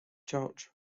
church